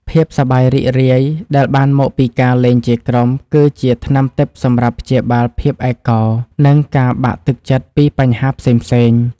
ភាពសប្បាយរីករាយដែលបានមកពីការលេងជាក្រុម គឺជាថ្នាំទិព្វសម្រាប់ព្យាបាលភាពឯកោ និងការបាក់ទឹកចិត្តពីបញ្ហាផ្សេងៗ។